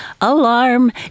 alarm